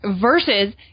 versus